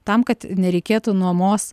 tam kad nereikėtų nuomos